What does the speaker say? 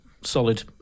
Solid